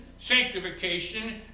sanctification